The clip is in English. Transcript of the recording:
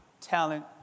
talent